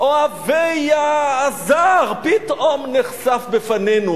אוהבי הזר פתאום נחשף בפנינו.